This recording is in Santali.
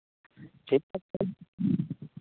ᱴᱷᱤᱠ ᱜᱮᱭᱟ